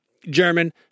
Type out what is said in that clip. German